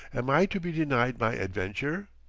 am i to be denied my adventure?